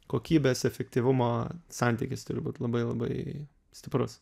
kokybės efektyvumo santykis turi būt labai labai stiprus